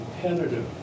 competitive